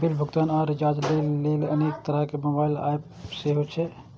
bill भुगतान आ recharge लेल अनेक तरहक मोबाइल एप सेहो छै